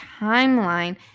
timeline